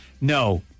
no